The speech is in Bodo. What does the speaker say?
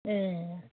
ए